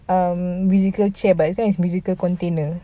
um musical chair but this [one] is musical container